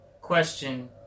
question